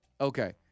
Okay